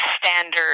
standard